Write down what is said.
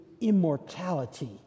immortality